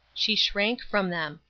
she shrank from them.